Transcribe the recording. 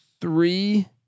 three